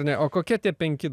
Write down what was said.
ne o kokie tie penki